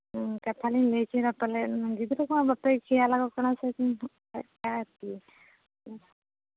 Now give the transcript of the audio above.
ᱠᱟᱛᱷᱟ ᱞᱤᱧ ᱞᱟᱹᱭ ᱦᱚᱪᱚᱭᱫᱟ ᱛᱟᱦᱞᱮ ᱜᱤᱫᱽᱨᱟᱹ ᱠᱚᱦᱚᱸ ᱵᱟᱯᱮ ᱠᱷᱮᱭᱟᱞ ᱟᱠᱚ ᱠᱟᱱᱟ ᱥᱮ ᱪᱮᱫᱠᱟ ᱟᱨᱠᱤ